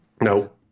No